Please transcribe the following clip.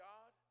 God